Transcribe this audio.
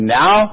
now